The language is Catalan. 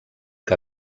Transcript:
que